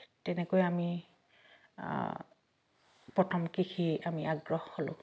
তেনেকৈ আমি প্ৰথম কৃষি আমি আগ্ৰহ হ'লোঁ